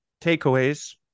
takeaways